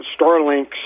Starlink